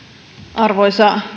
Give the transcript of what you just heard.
arvoisa